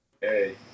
Hey